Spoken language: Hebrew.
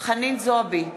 חנין זועבי,